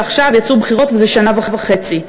שעכשיו יצאו בחירות וזה שנה וחצי,